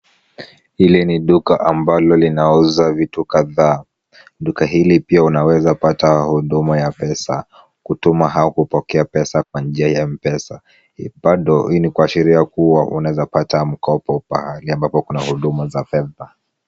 Hili ni duka ambalo linauza vitu kadhaa. Duka hili pia unaweza pata huduma ya pesa, kutuma au kupokea pesa kwa njia ya Mpesa. Bado hii ni kuashiria kuwa unaweza pata mkopo pahali ambapo kuna huduma za pesa.